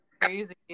crazy